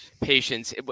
patience